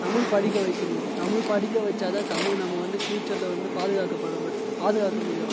தமிழ் படிக்க வைக்கணும் தமிழ் படிக்க வச்சாதான் தமிழ் நம்ம வந்து ஃப்யூச்சர்ல வந்து பாதுகாக்கப்படுது பாதுகாக்க முடியும்